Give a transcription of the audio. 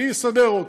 אני אסדר אותו.